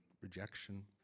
rejection